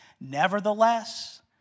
Nevertheless